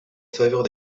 faveur